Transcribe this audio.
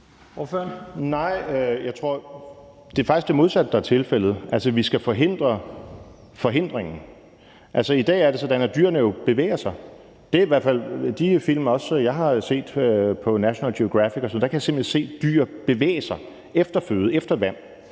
Nej, det er faktisk det modsatte, der er tilfældet. Vi skal forhindre forhindringen. I dag er det sådan, at dyrene jo bevæger sig; sådan er det i hvert fald på de film, jeg har set på National Geographic – der kan jeg simpelt hen se dyr bevæge sig efter føde og vand.